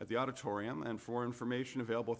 at the auditorium and for information available